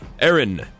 Aaron